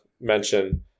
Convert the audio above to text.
mention